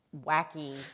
wacky